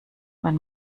man